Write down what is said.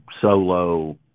solo